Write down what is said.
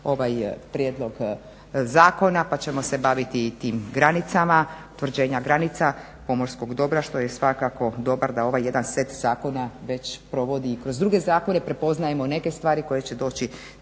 ovaj prijedlog zakona pa ćemo se baviti i tim granicama, utvrđenja granica pomorskog dobra što je svakako dobar da ovaj jedan set zakona već provodi i kroz druge zakone, prepoznajemo neke stvari koje će doći